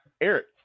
eric